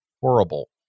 Horrible